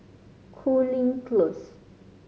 Cooling Close